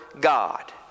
God